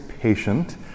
Patient